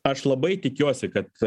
aš labai tikiuosi kad